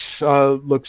looks